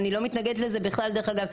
אני לא מתנגדת לזה בכלל דרך אגב,